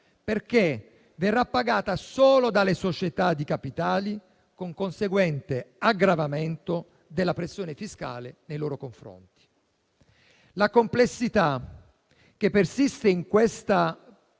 perché verrà pagata solo dalle società di capitali, con conseguente aggravamento della pressione fiscale nei loro confronti. La complessità che persiste in questa proposta